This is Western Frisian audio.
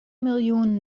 miljoen